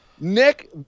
Nick